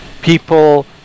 People